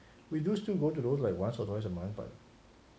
we do still go to those like once or twice a month but